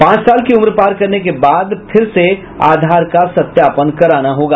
पांच साल की उम्र पार करने के बाद फिर से आधार का सत्यापन कराना होगा